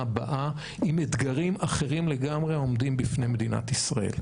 הבאה עם אתגרים אחרים לגמרי העומדים בפני מדינת ישראל.